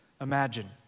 Imagine